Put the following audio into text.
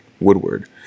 Woodward